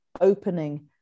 opening